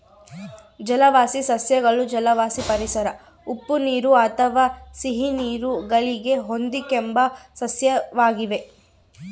ಜಲವಾಸಿ ಸಸ್ಯಗಳು ಜಲವಾಸಿ ಪರಿಸರ ಉಪ್ಪುನೀರು ಅಥವಾ ಸಿಹಿನೀರು ಗಳಿಗೆ ಹೊಂದಿಕೆಂಬ ಸಸ್ಯವಾಗಿವೆ